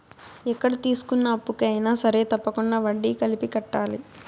ఎక్కడ తీసుకున్న అప్పుకు అయినా సరే తప్పకుండా వడ్డీ కలిపి కట్టాలి